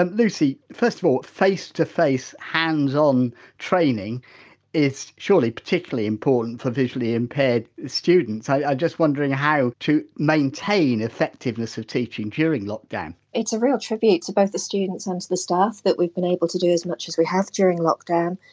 and lucy first of all, face to face hands on training is surely particularly important for visually impaired students. i, i'm just wondering how to maintain effectiveness of teaching during lockdown it's a real tribute to both the students and to the staff that we've been able to do as much as we have during lockdown.